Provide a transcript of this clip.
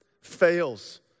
fails